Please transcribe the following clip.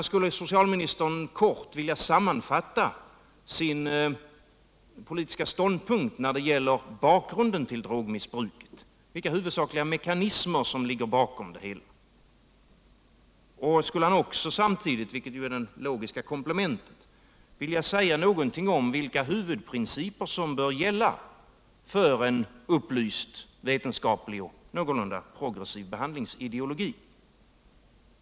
Skulle socialministern vilja kort sammanfatta sin politiska ståndpunkt när det gäller bakgrunden till drogmissbruket och ange vilka huvudsakliga mekanismer som ligger bakom det hela? Skulle socialministern också samtidigt — vilket är det logiska komplementet — vilja säga någonting om vilka huvudprinciper som bör gälla för en upplyst, vetenskaplig och någorlunda progressiv behandlingsideologi?